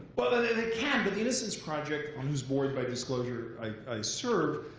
but they they can. but the innocence project, on whose board, by disclosure, i serve,